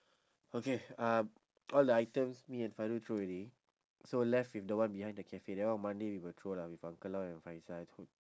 okay um all the items me and fairul throw already so left with the one behind the cafe that one on monday we will throw lah with uncle lau and faizah